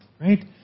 Right